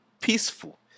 peaceful